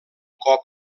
cop